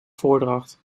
voordracht